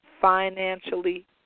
financially